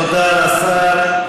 תודה לשר.